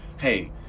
hey